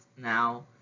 now